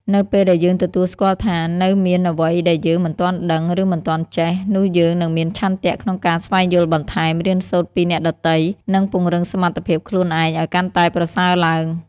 នៅពេលដែលយើងទទួលស្គាល់ថា នៅមានអ្វីដែលយើងមិនទាន់ដឹង ឬមិនទាន់ចេះ នោះយើងនឹងមានឆន្ទៈក្នុងការស្វែងយល់បន្ថែម រៀនសូត្រពីអ្នកដទៃ និងពង្រឹងសមត្ថភាពខ្លួនឯងឲ្យកាន់តែប្រសើរឡើង។